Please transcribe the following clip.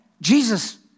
Jesus